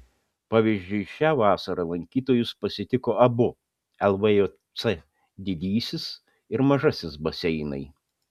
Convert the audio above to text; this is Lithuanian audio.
pavyzdžiui šią vasarą lankytojus pasitiko abu lvjc didysis ir mažasis baseinai